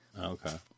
okay